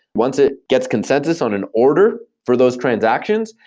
once it gets consensus on an order for those transactions,